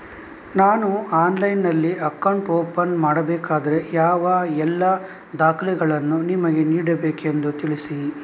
ನಾನು ಆನ್ಲೈನ್ನಲ್ಲಿ account open ಮಾಡಬೇಕಾದರೆ ಯಾವ ಎಲ್ಲ ದಾಖಲೆಗಳನ್ನು ನಿಮಗೆ ನೀಡಬೇಕೆಂದು ತಿಳಿಸಿ?